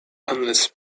unless